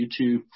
YouTube